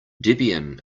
debian